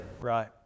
Right